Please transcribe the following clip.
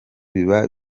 biba